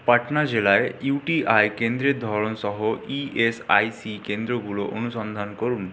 পাটনা জেলায় ইউটিআই কেন্দ্রের ধরন সহ ইএসআইসি কেন্দ্রগুলো অনুসন্ধান করুন